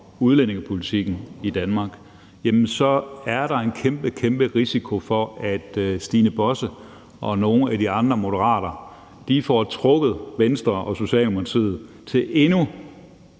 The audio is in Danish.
udlændingepolitikken i Danmark, så er der en kæmpekæmperisiko for, at Stine Bosse og nogle af de andre Moderater får trukket Venstre og Socialdemokratiet til at